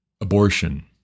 abortion